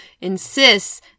insists